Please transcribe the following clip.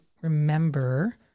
remember